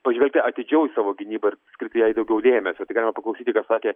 pažvelgti atidžiau į savo gynybą ir skirti jai daugiau dėmesio tai galime paklausyti ką sakė